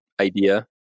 idea